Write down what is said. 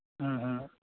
ᱦᱮᱸ ᱦᱮᱸ